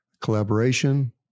collaboration